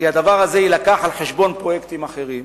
כי הדבר הזה יילקח על חשבון פרויקטים אחרים,